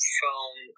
phone